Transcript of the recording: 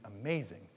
amazing